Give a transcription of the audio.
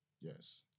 Yes